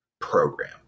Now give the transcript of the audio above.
program